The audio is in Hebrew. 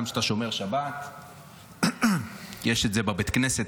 גם כשאתה שומר שבת יש את זה בבית כנסת,